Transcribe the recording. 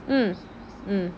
mm mm